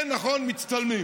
כן, נכון, מצטלמים,